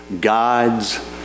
God's